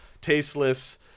tasteless